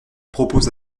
propose